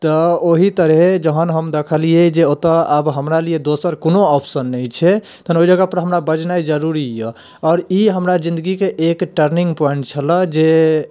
तऽ हम ओहि तरहे जखन हम दखलियै जे ओतऽ आब हमरा लिए दोसर कोनो ऑप्शन नहि छै तहन ओहि जगह पर हमरा बजनाइ जरूरी यऽ आओर ई हमरा जिन्दगी कऽ एक टर्निङ्ग पॉइन्ट छलऽ जे